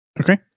Okay